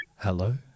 Hello